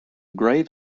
grave